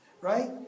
Right